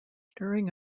during